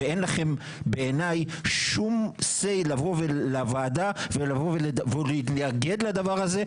ואין לכם בעיני שום סיבה לבוא ולוועדה ולבוא ולהתנגד לדבר הזה,